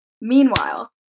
Meanwhile